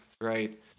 right